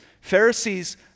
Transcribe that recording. Pharisees